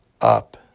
up